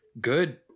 Good